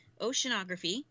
oceanography